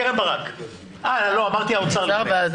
קרן ברק אה, לא, אמרתי האוצר לפני זה.